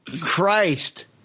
Christ